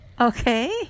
Okay